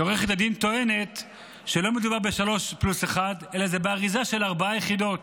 ועורכת הדין טוענת שלא מדובר בשלוש פלוס אחת אלא באריזה של ארבע יחידות.